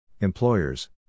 employers